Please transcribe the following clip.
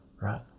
right